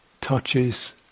touches